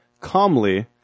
calmly